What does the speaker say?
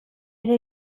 ere